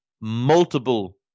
Multiple